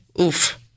Oof